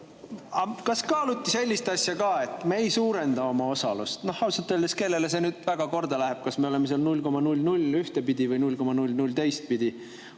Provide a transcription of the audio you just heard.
Kas kaaluti sellist asja ka, et me ei suurenda oma osalust? Nahaalselt öeldes, kellele see nüüd väga korda läheb, kas me oleme seal 0,00 ühtpidi või 0,00